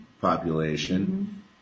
population